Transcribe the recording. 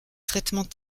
traitement